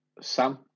Sam